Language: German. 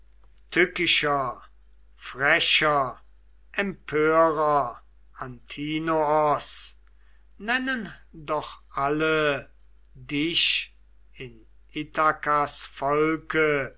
tückischer frecher empörer antinoos nennen doch alle dich in ithakas